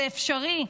זה אפשרי.